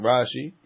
Rashi